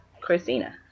Christina